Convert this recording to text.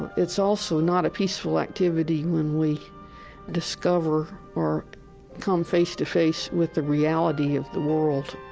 it's also not a peaceful activity when we discover or come face to face with the reality of the world